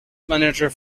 manager